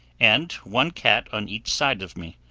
and one cat on each side of me,